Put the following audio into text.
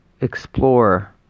explore